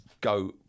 go